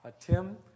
Tim